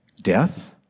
death